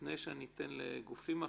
לפני שניתן לגופים אחרים.